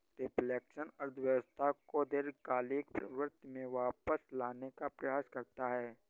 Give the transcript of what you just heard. reflection अर्थव्यवस्था को दीर्घकालिक प्रवृत्ति में वापस लाने का प्रयास करता है